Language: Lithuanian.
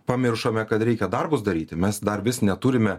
pamiršome kad reikia darbus daryti mes dar vis neturime